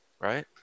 right